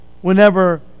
whenever